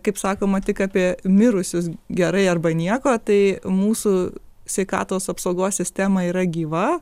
kaip sakoma tik apie mirusius gerai arba nieko tai mūsų sveikatos apsaugos sistema yra gyva